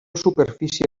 superfície